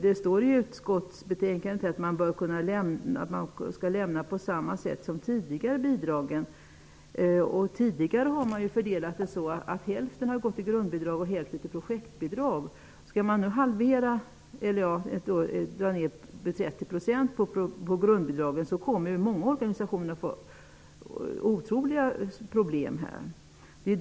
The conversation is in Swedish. Det står i utskottsbetänkandet att bidragen skall lämnas på samma sätt som tidigare. Tidigare har hälften gått till grundbidrag och hälften till projektbidrag. Om grundbidragen nu skall dras ned med 30 % kommer många organisationer att få otroliga problem.